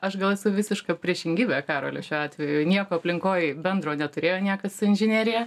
aš gal esu visiška priešingybė karoliui šiuo atveju nieko aplinkoj bendro neturėjo niekas su inžinerija